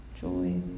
joy